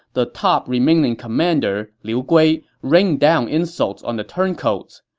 the top remaining commander, liu gui, rained down insults on the turncoats.